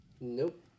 Nope